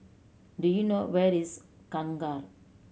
do you know where is Kangkar